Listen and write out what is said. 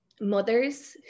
mothers